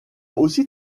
aussi